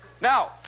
Now